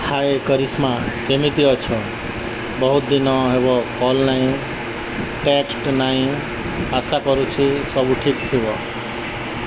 ହାଏ କରିଶ୍ମା କେମିତି ଅଛ ବହୁତ ଦିନ ହେବ କଲ୍ ନାହିଁ ଟେକ୍ସଟ୍ ନାହିଁ ଆଶା କରୁଛି ସବୁ ଠିକ୍ ଥିବ